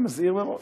אני מזהיר מראש.